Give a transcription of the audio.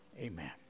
amen